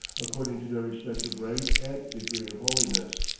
according to their respective rank and degree of holiness.